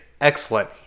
Excellent